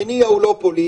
המניע הוא לא פוליטי,